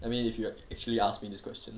I mean it's weird actually asking me this question